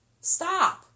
Stop